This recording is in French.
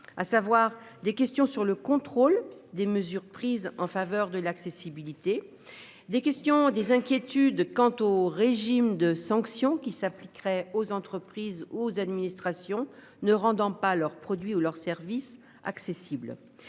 à savoir des questions sur le contrôle des mesures prises en faveur de l'accessibilité des questions des inquiétudes quant au régime de sanctions qui s'appliquerait aux entreprises, aux administrations ne rendant pas leurs produits ou leurs services accessibles.